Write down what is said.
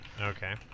Okay